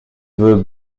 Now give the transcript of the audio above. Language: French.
veux